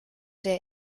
der